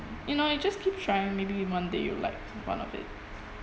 you know you just keep trying maybe in one day you'll like one of it